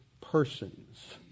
persons